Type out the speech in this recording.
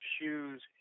shoes